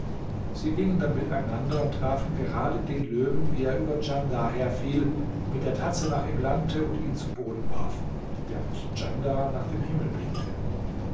sie gingen dann miteinander und trafen gerade den löwen wie er über djandar herfiel mit der tatze nach ihm langte und ihn zu boden warf während djandar nach dem himmel blickte